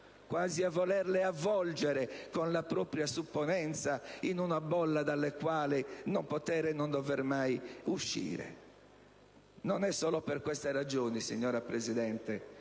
quasi a volerle avvolgere con la propria supponenza in una bolla dalla quale non potere, non dovere mai uscire. Non è solo per queste ragioni, signora Presidente,